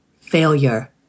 failure